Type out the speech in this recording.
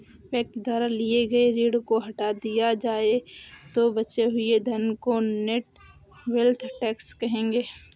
व्यक्ति द्वारा लिए गए ऋण को हटा दिया जाए तो बचे हुए धन को नेट वेल्थ टैक्स कहेंगे